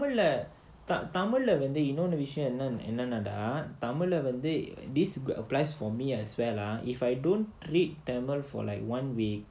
தமிழ்ல வந்து இன்னொரு விஷயம் என்னனா தமிழ்ல வந்து:tamilla vandhu innoru vishayam ennanaa tamilla vandhu this applies for me as well lah if I don't read tamil for like one week